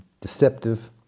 deceptive